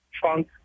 trunk